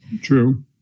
True